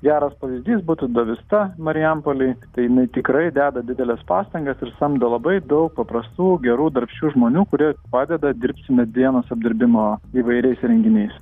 geras pavyzdys būtų davista marijampolėj tai jinai tikrai deda dideles pastangas ir samdo labai daug paprastų gerų darbščių žmonių kurie padeda dirbti medienos apdirbimo įvairiais įrenginiais